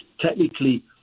technically